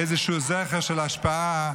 איזשהו זכר של השפעה,